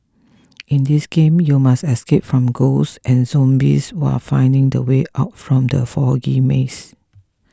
in this game you must escape from ghosts and zombies while finding the way out from the foggy maze